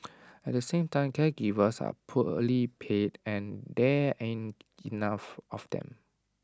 at the same time caregivers are poorly paid and there aren't enough of them